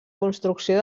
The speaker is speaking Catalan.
construcció